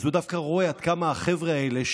אז הוא דווקא רואה עד כמה החבר'ה האלה,